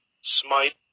smite